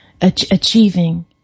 achieving